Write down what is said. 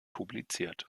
publiziert